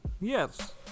Yes